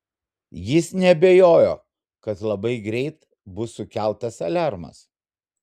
jis neabejojo kad labai greit bus sukeltas aliarmas